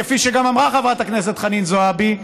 כפי שגם אמרה חברת הכנסת חנין זועבי,